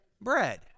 bread